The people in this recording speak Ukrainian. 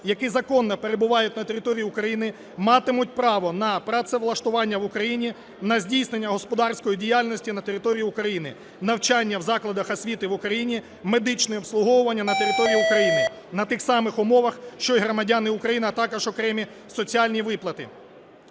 які законно перебувають на території України матимуть право на працевлаштування в Україні, на здійснення господарської діяльності на території України, навчання в закладах освіти в Україні, медичне обслуговування на території України на тих самих умовах, що й громадяни України, а також окремі соціальні виплати.